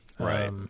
Right